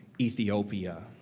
Ethiopia